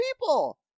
people